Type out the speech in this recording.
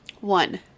One